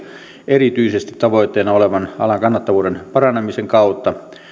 erityisesti tavoitteena olevan alan kannattavuuden paranemisen kautta